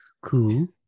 Cool